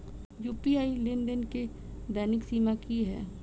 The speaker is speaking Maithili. यु.पी.आई लेनदेन केँ दैनिक सीमा की है?